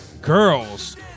girls